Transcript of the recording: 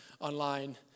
online